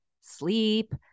sleep